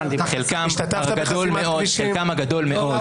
מבקש שתצאי.